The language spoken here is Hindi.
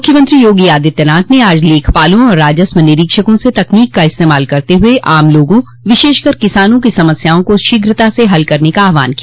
मुख्यमंत्री योगी आदित्यनाथ ने आज लेखपालो और राजस्व निरीक्षकों से तकनीक का इस्तेमाल करते हुए आम लोगों विशेष कर किसानों की समस्याओं को शीघ्रता से हल करने का आहवान किया